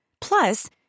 Plus